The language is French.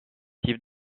type